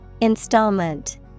Installment